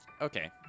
Okay